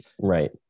right